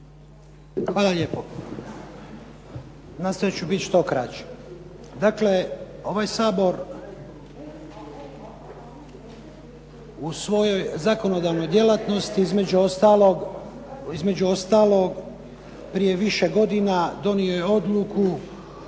Hvala lijepo. Nastojat ću bit što kraći. Dakle, ovaj Sabor u svojoj zakonodavnoj djelatnosti, između ostalog prije više godina donio je odluku